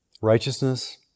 righteousness